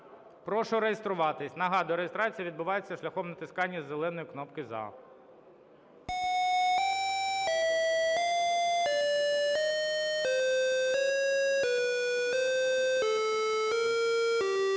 Прошу реєструватися. Нагадую, реєстрація відбувається шляхом натискання зеленої кнопки "за".